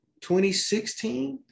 2016